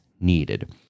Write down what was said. needed